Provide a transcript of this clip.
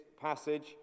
passage